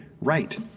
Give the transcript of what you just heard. right